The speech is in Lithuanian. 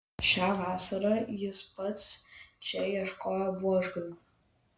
šią vasarą jis pats čia ieškojo buožgalvių